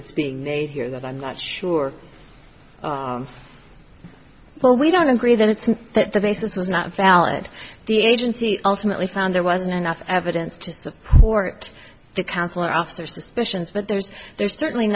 that's being made here that i'm not sure well we don't agree that it's that the basis was not valid the agency ultimately found there wasn't enough evidence to support the council after suspicions but there's there's certainly